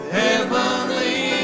heavenly